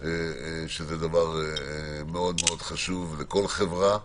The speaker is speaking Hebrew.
וזה דבר מאוד מאוד חשוב בכל חברה,